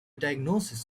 diagnosis